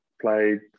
Played